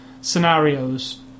scenarios